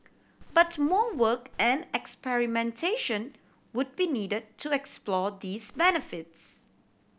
but more work and experimentation would be need to explore these benefits